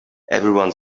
everyone